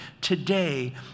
today